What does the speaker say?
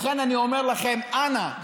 לכן אני אומר לכם: אנא,